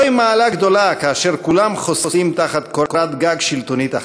זוהי מעלה גדולה כאשר כולם חוסים תחת קורת-גג שלטונית אחת,